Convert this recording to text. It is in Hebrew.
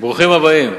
ברוכים הבאים.